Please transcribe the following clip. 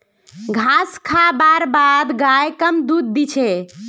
घास खा बार बाद गाय कम दूध दी छे